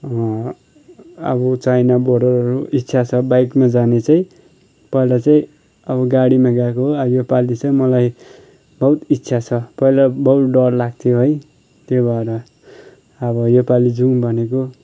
अब चाइना बोर्डरहरू इच्छा छ बाइकमा जाने चाहिँ पहिला चाहिँ अब गाडीमा गएको हो अब यो पाली चाहिँ मलाई बहुत इच्छा छ पहिला बहुत डर लाग्थ्यो है त्यही भएर अब यो पाली जाउँ भनेको